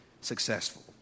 successful